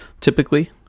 typically